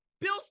Bill